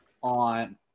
on